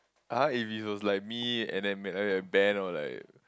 har if he was like me and then make other than Ben or like